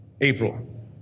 April